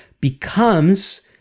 becomes